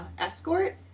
escort